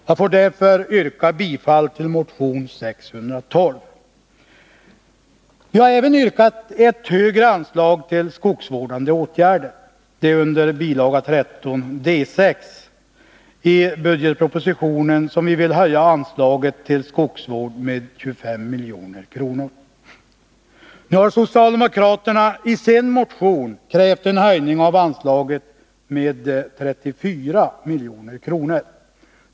Jag får därför yrka bifall till motion 612. Vi har även yrkat på ett högre anslag till skogsvårdande åtgärder. Det är under bilaga 13 D6 i budgetpropositionen som vi vill höja anslaget till skogsvård med 25 milj.kr. Socialdemokraterna har i sin motion krävt en höjning av anslaget med 34 milj.kr.